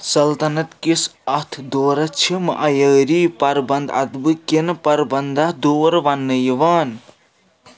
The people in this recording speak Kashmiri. سلطنت كِس اَتھ دورَس چھُ معیٲری پربند ادبہٕ کِنہٕ پربندھا دور وننہٕ یِوان